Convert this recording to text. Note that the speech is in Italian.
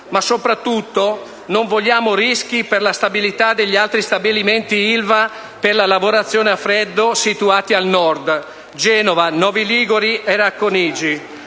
ma soprattutto non vogliamo rischi per la stabilità degli altri stabilimenti Ilva per la lavorazione a freddo situati al Nord, ovvero quelli di Genova, Novi Ligure e Racconigi.